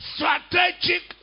Strategic